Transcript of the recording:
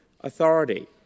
authority